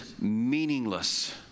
meaningless